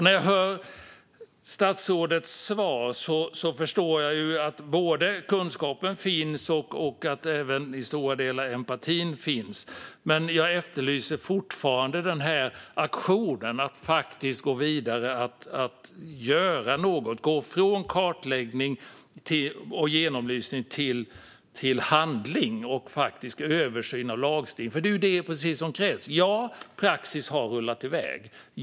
När jag hör statsrådets svar förstår jag att kunskapen finns och att även, i stora delar, empatin finns. Men jag efterlyser fortfarande aktionen, att man faktiskt går vidare och gör något, att man går från kartläggning och genomlysning till handling och faktisk översyn av lagstiftning. Det är precis det som krävs. Ja, praxis har rullat iväg.